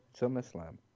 SummerSlam